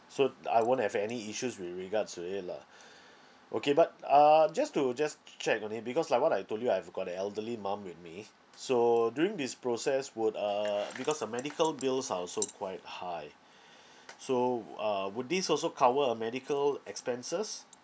so I won't have any issues with regards to it lah okay but uh just to just to check on it because like what I told you I've got a elderly mum with me so during this process would uh because her medical bills are also quite high so wou~ uh would this also cover her medical expenses